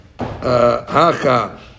Haka